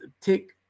take